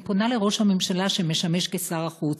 אני פונה לראש הממשלה, שמשמש כשר החוץ,